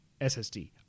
ssd